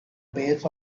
base